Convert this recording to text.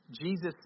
Jesus